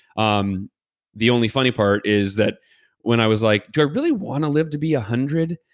um the only funny part is that when i was like, do i really want to live to be a hundred?